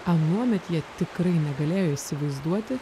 anuomet jie tikrai negalėjo įsivaizduoti